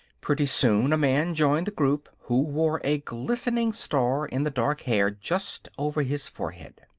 pretty soon a man joined the group who wore a glistening star in the dark hair just over his forehead.